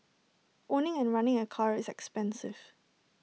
owning and running A car is expensive